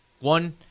One